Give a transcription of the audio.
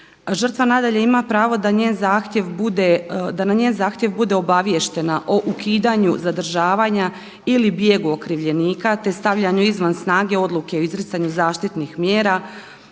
Žrtva nadalje ima pravo da na njen zahtjev bude obaviještena o ukidanju zadržavanja ili bijegu okrivljenika, te stavljanju izvan snage odluke o izricanju zaštitnih mjera,